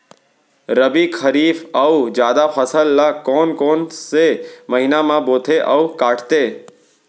रबि, खरीफ अऊ जादा फसल ल कोन कोन से महीना म बोथे अऊ काटते?